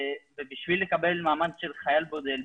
בשביל לקבל מעמד של חייל בודד,